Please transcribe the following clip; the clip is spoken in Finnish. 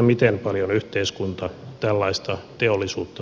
miten paljon yhteiskunta tällaista teollisuutta tukee